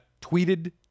tweeted